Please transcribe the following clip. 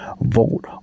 Vote